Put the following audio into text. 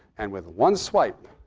and with one swipe,